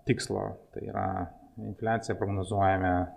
tikslo tai yra infliaciją prognozuojame